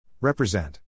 Represent